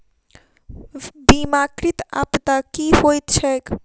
बीमाकृत आपदा की होइत छैक?